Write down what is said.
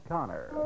Connor